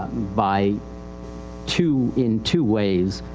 by two, in two ways.